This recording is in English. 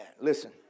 Listen